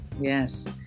Yes